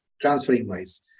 transferring-wise